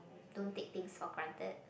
don't take things for granted